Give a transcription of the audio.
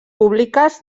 públiques